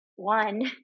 one